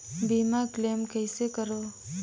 बीमा क्लेम कइसे करों?